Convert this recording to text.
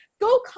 go